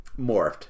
morphed